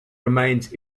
remains